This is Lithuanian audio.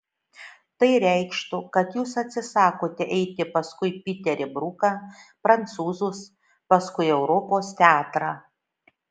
tai reikštų kad jūs atsisakote eiti paskui piterį bruką prancūzus paskui europos teatrą